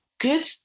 Good